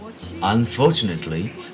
Unfortunately